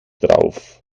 drauf